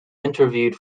interviewed